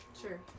Sure